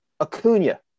Acuna